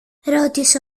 ρώτησε